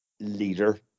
leader